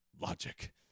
logic